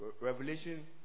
Revelation